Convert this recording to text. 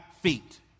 feet